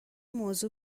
موضوع